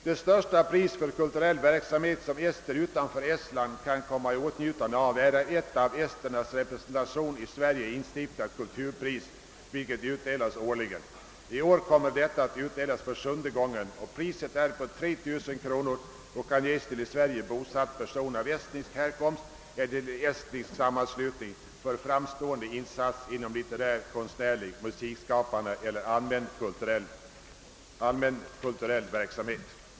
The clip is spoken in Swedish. Det största pris för kulturell verksamhet som ester utanför Estland kan komma i åtnjutande av är ett av Esternas representation i Sverige instiftat kulturpris som utdelas årligen. I år har priset utdelats för sjunde gången. Det är på 3000 kronor och kan ges till i Sverige bosatt person av estnisk härkomst eller till estnisk sammanslutning för framstående insats inom litterär, konstnärlig, musikskapande eller allmänt kulturell verksamhet.